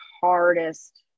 hardest